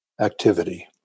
activity